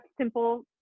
simple